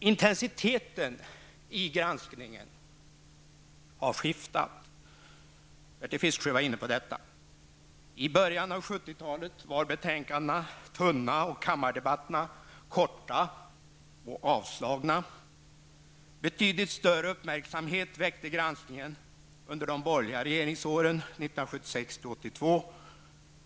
Intensiteten i granskningen har skiftat. Bertil Fiskesjö var inne på det. I början av 70-talet var betänkandena tunna och kammardebatterna korta och avslagna. Betydligt större uppmärksamhet väckte granskningen under de borgerliga regeringsåren 1976 till 1982.